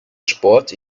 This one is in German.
sport